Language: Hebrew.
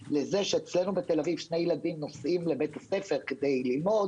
אצלנו בתל-אביב שני ילדים נוסעים לבית ספר כדי ללמוד